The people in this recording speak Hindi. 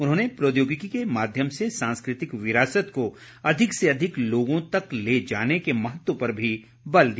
उन्होंने प्रौद्योगिकी के माध्यम से सांस्कृतिक विरासत को अधिक से अधिक लोगों तक ले जाने के महत्व पर भी बल दिया